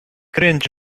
cringe